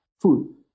food